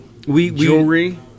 Jewelry